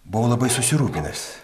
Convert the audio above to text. buvau labai susirūpinęs